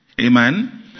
Amen